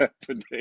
today